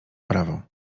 prawo